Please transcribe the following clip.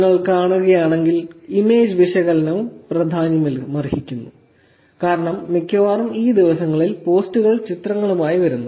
നിങ്ങൾ കാണുകയാണെങ്കിൽ ഇമേജ് വിശകലനവും പ്രാധാന്യമർഹിക്കുന്നു കാരണം മിക്കവാറും ഈ ദിവസങ്ങളിൽ പോസ്റ്റുകൾ ചിത്രങ്ങളുമായി വരുന്നു